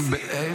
מה עשיתם?